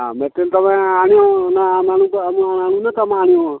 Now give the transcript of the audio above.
ହଁ ମେଟେରିଆଲ୍ ତୁମେ ଆଣିବ ନା ଆମେ ଆଣିବୁ ତୁମେ ଆଣିବ